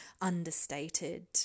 understated